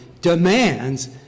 demands